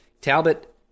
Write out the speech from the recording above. Talbot